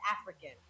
African